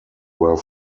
were